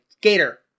Gator